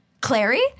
Clary